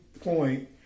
point